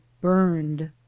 burned